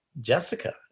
Jessica